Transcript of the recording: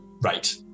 right